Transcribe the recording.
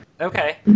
Okay